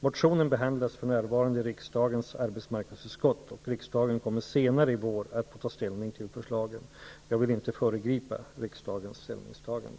Motionen behandlas för närvarande i riksdagens arbetsmarknadsutskott och riksdagen kommer senare i vår att få ta ställning till förslagen. Jag vill inte föregripa riksdagens ställningstagande.